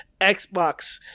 Xbox